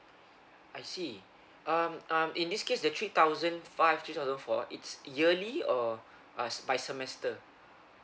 I see um um in this case that three thousand five three thousand four it's yearly or uh by semester